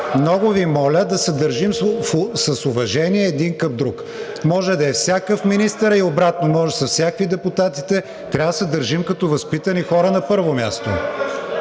Много Ви моля да се държим с уважение един към друг. Може да е всякакъв министърът и обратно, може да са всякакви депутатите, трябва да се държим като възпитани хора, на първо място.